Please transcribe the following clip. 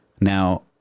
Now